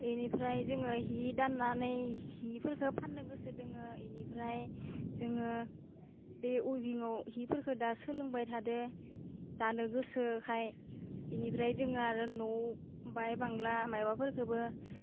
बिनिफ्राय जोङो हि दाननानै हिफोरखौ फान्नो गोसो दोङो इनिफ्राय जोङो बे अयभिङाव हिफोरखौ दा सोलोंबाय थादो दा नों गोसोखाय इनिफ्राय जोङो आरो न'वाव बाइय बांला मायबा फोरखौबो